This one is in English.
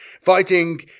fighting